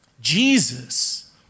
Jesus